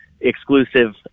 exclusive